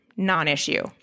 non-issue